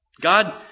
God